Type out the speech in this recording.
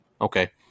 Okay